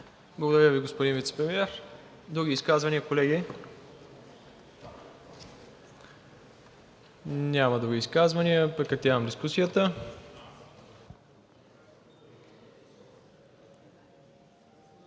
Благодаря Ви, господин Вицепремиер. Други изказвания, колеги? Няма други изказвания. Прекратявам дискусията.